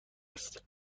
است